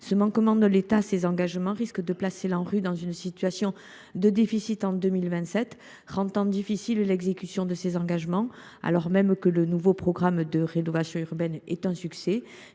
Ce manquement de l’État à ses engagements risque de placer l’Anru dans une situation de déficit en 2027, rendant difficile l’exécution des objectifs qui lui ont été assignés, alors même que le nouveau programme de rénovation urbaine est un succès.